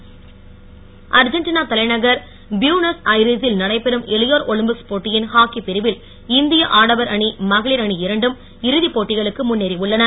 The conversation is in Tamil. ஹாக்கி அர்ஜென்டினா தலைநகர் பியூனஸ் அய்ரேசில் நடைபெறும் இளையோர் ஒலிம்பிக்ஸ் போட்டியின் ஹாக்கி பிரிவில் இந்திய ஆடவர் அணி மகளிர் அணி இரண்டும் இறுதிப் போட்டிகளுக்கு முன்னேறி உள்ளன